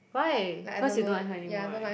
why cause you not like her anymore right